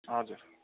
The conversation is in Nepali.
हजुर